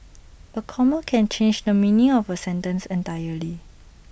A comma can change the meaning of A sentence entirely